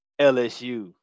LSU